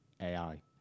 AI